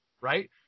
right